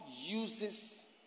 uses